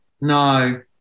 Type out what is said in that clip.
no